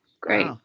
Great